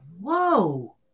Whoa